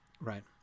right